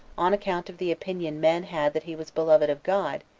on account of the opinion men had that he was beloved of god,